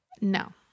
No